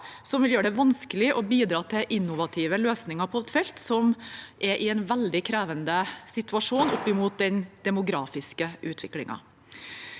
vil gjøre det vanskelig å bidra til innovative løsninger på et felt som er i en veldig krevende situasjon opp mot den demografiske utviklingen.